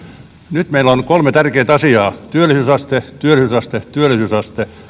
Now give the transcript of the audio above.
nyt meillä ovat kolme tärkeintä asiaa työllisyysaste työllisyysaste työllisyysaste